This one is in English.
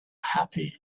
happy